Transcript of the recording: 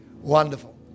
Wonderful